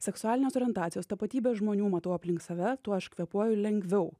seksualinės orientacijos tapatybės žmonių matau aplink save tuo aš kvėpuoju lengviau